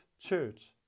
church